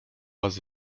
was